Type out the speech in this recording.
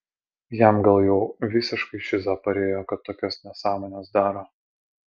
jam gal jau visiškai šiza parėjo kad tokias nesąmones daro